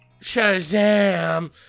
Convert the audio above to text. Shazam